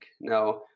Now